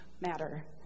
matter